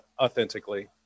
authentically